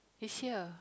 this year